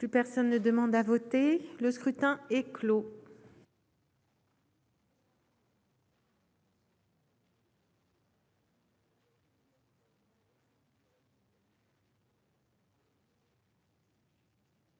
Plus personne ne demande à voter, le scrutin est clos.